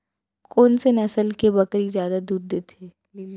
कोन से नस्ल के बकरी जादा दूध देथे